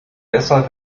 besser